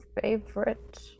favorite